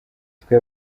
twe